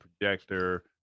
projector